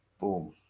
Boom